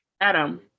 Adam